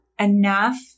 enough